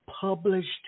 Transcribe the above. published